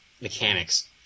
mechanics